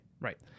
right